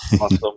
awesome